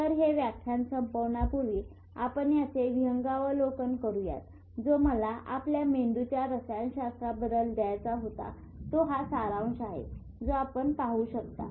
तर हे व्याख्यान संपविण्यापूर्वी आपण याचे विहंगावलोकन करूयात जो मला आपल्याला मेंदूच्या रसायनशास्त्राबद्दल द्यायचा होता तो हा सारांश आहे जो आपण पाहू शकता